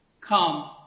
come